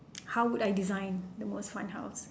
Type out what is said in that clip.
how would I design the most fun house